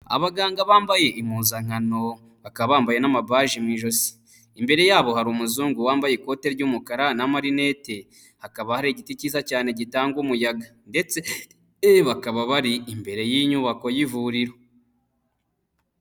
Abaganga bambaye impuzankano bakaba bambaye n'amabaji mu ijosi, imbere yabo hari umuzungu wambaye ikote ry'umukara n'amarinete, hakaba hari igiti cyiza cyane gitanga umuyaga ndetse bakaba bari imbere y'inyubako y'ivuriro.